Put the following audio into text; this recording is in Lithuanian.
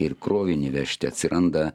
ir krovinį vežti atsiranda